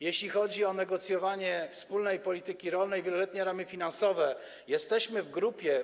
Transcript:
Jeśli chodzi o negocjowanie wspólnej polityki rolnej, wieloletnie ramy finansowe, jesteśmy w grupie.